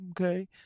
okay